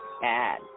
bad